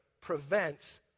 prevents